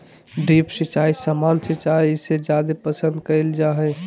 drip सिंचाई सामान्य सिंचाई से जादे पसंद कईल जा हई